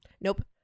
Nope